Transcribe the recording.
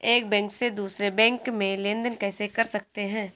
एक बैंक से दूसरे बैंक में लेनदेन कैसे कर सकते हैं?